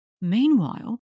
Meanwhile